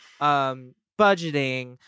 budgeting